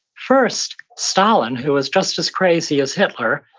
first, stalin, who was just as crazy as hitler,